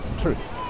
truth